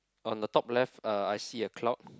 on the top left uh I see a cloud